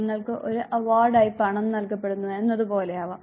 നിങ്ങൾക്ക് ഒരു അവാർഡായി പണം നൽകപ്പെടുന്നു എന്നത് പോലെയാവാം